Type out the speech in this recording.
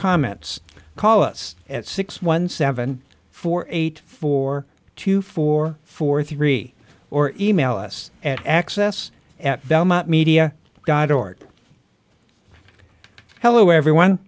comments call us at six one seven four eight four two four four three or email us at access at velma media dot org hello everyone